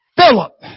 Philip